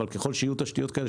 אבל ככל שיהיו תשתיות כאלה,